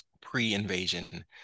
pre-invasion